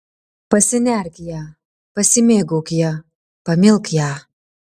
pasinerk į ją pasimėgauk ja pamilk ją